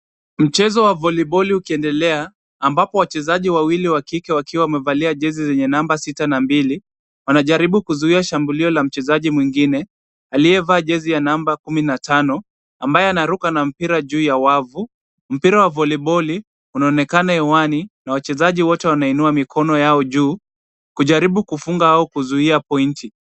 Mchezo wa voliboli ukiendelea ambapo wachezaji wawili wa kike wakiwa wamevalia jezi zenye namba 6 na 2, wanajaribu kuzuia shambulio la mchezaji mwingine aliyevalia jezi ya namba 15, ambaye anaruka na mpira juu ya wavu. Mpira wa voliboli unaonekana hewani na wachezaji wote wanainua mikono yao juu, kujaribu kufunga au kuzuia pointi .